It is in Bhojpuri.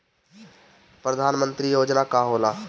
परधान मंतरी योजना का होला?